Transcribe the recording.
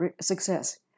success